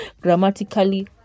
Grammatically